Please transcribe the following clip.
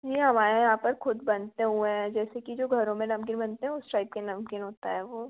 नहीं हमारे यहाँ पर ख़ुद बनते हुएं हैं जैसे कि जो घरों में नमकीन बनते हैं उस टैप के नमकीन होता हैं वो